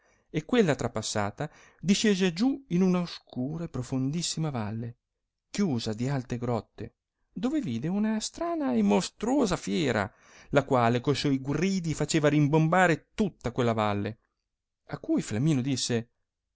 e quella trapassata discese giù in una oscura e profondissima valle chiusa di alte grotte dove vide una strana e mostruosa fiera la quale con suoi gridi faceva rimbombare tutta quella valle a cui flamminio disse